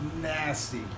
nasty